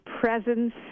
presence